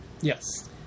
Yes